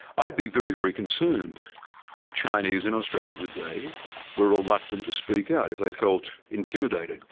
i'd be very, very concerned if chinese in australia today were reluctant to speak out, if they felt intimidated.